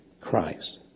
Christ